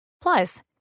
Plus